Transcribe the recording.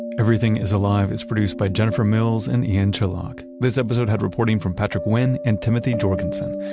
everything is alive is produced by jennifer mills and ian chillag. this episode had reporting from patrick wynn and timothy jurgensen.